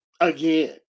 again